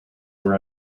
were